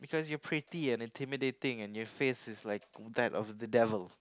cause you're pretty and intimidating and your face is like to that of a devil